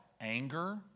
Anger